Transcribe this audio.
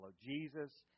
Jesus